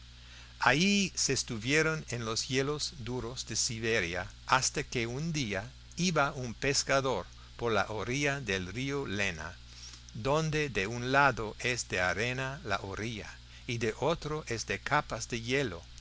allí se estuvieron en los hielos duros de siberia hasta que un día iba un pescador por la orilla del río lena donde de un lado es de arena la orilla y de otro es de capas de hielo